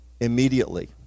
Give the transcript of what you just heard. Immediately